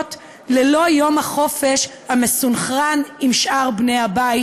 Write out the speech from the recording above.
ללא יום החופש המסונכרן עם שאר בני הבית,